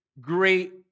great